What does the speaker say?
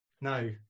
No